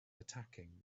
attacking